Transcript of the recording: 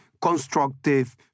constructive